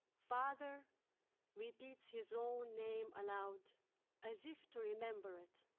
father repeats his own name aloud as if to remember it